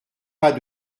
pas